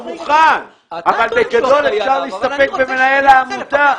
הוא מוכן אבל בגדול אפשר להסתפק במנהל עמותה.